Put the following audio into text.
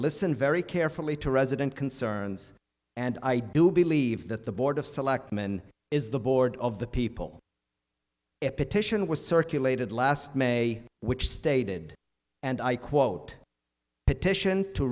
listen very carefully to resident concerns and i do believe that the board of selectmen is the board of the people petition was circulated last may which stated and i quote petition to